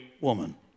woman